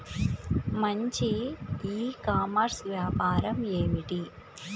మంచి e commerce వ్యాపారం ఏమిటీ?